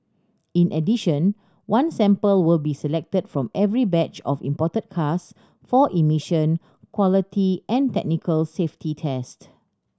in addition one sample will be selected from every batch of imported cars for emission quality and technical safety test